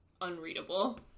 unreadable